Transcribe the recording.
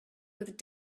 with